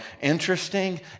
interesting